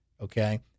okay